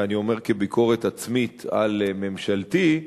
ואני אומר, כביקורת עצמית על ממשלתי,